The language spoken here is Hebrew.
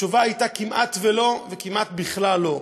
התשובה הייתה: כמעט שלא וכמעט בכלל לא.